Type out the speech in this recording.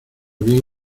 bien